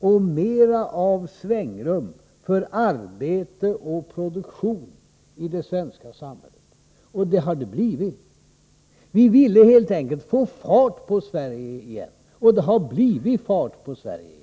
och mer av svängrum för arbete och produktion i det svenska samhället”. Och så har det blivit. Vi ville helt enkelt få fart på Sverige igen, och det har blivit fart på Sverige.